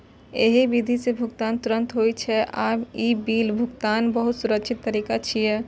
एहि विधि सं भुगतान तुरंत होइ छै आ ई बिल भुगतानक बहुत सुरक्षित तरीका छियै